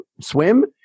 swim